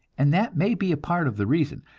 and that may be a part of the reason.